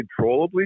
controllably